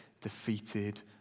defeated